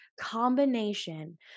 combination